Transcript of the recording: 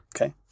Okay